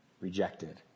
rejected